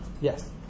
Yes